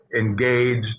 engaged